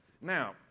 Now